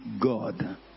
God